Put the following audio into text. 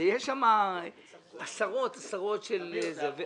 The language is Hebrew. יש שם עשרות עשרות של דברים.